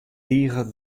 tige